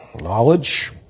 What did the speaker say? knowledge